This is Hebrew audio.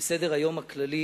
וסדר-היום הכללי,